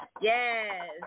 yes